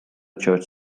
church